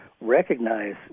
recognize